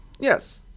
Yes